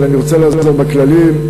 אבל אני רוצה לעזור לפי הכללים.